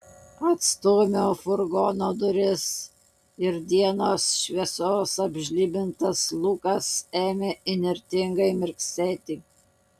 atstūmiau furgono duris ir dienos šviesos apžlibintas lukas ėmė įnirtingai mirksėti